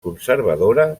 conservadora